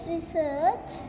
Research